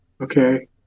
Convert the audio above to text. Okay